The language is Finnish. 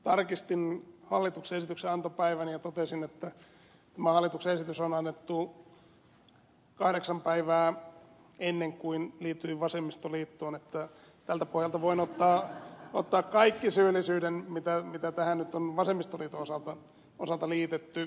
tarkistin hallituksen esityksen antopäivän ja totesin että tämä hallituksen esitys on annettu kahdeksan päivää ennen kuin liityin vasemmistoliittoon että tältä pohjalta voin ottaa kaiken syyllisyyden mitä tähän nyt on vasemmistoliiton osalta liitetty